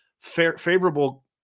favorable